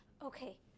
Okay